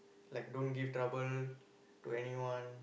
like don't give trouble to anyone